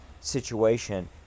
situation